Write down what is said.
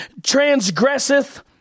transgresseth